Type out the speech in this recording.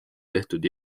tehtud